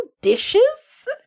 dishes